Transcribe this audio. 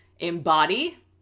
embody